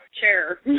chair